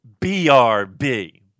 BRB